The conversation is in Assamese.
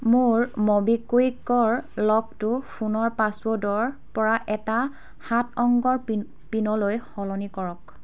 মোৰ ম'বিকুইকৰ লকটো ফোনৰ পাছৱৰ্ডৰ পৰা এটা সাত অংকৰ পি পিনলৈ সলনি কৰক